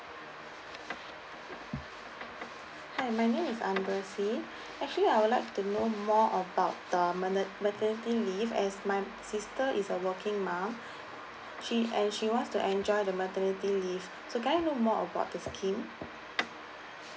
hi my name is amber rosie actually I would like to know more about the mater~ maternity leave as my sister is a working mum she and she wants to enjoy the maternity leave so can I know more about the scheme